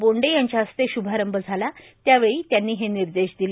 बोंडे यांच्या हस्ते श्भारंभ झाला त्यावेळी त्यांनी हे निर्देश दिले